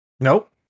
Nope